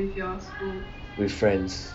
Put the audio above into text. with friends